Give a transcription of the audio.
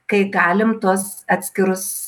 kai galim tuos atskirus